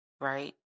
right